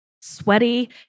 sweaty